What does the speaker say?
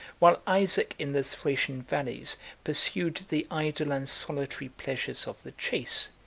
while isaac in the thracian valleys pursued the idle and solitary pleasures of the chase,